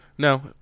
No